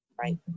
Right